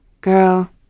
girl